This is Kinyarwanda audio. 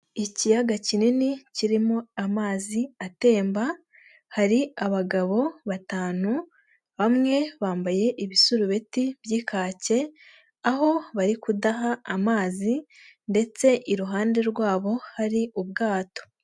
Ikiyaga kinini kirimo amazi atemba, hari abagabo batanu bamwe bambaye ibisurubeti by'ikake, aho bari kudaha amazi ndetse iruhande rwabo hari ubwato.